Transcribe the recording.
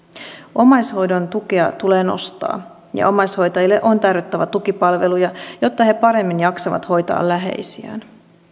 omaishoidon tukea tulee nostaa ja omaishoitajille on tarjottava tukipalveluja jotta he paremmin jaksavat hoitaa läheisiään